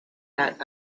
that